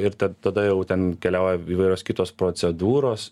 ir tad tada jau ten keliauja įvairios kitos procedūros